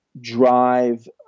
drive